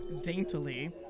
daintily